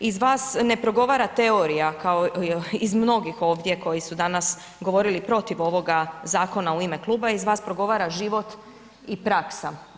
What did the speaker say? Iz vas ne progovara teorija kao iz mnogih ovdje koji su danas govorili protiv ovoga zakona u ime kluba, iz vas progovara život i praksa.